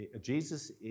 Jesus